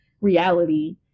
reality